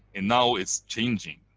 and now it's changing,